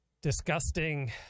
disgusting